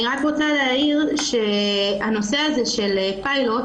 אני רק רוצה להעיר שהנושא הזה של פיילוט,